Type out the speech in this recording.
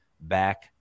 back